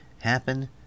happen